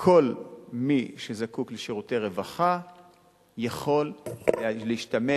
כל מי שזקוק לשירותי רווחה יכול להשתמש,